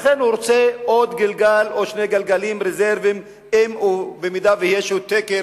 לכן הוא רוצה עוד גלגל או שני גלגלים רזרביים במידה שיהיה איזה תקר